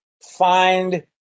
find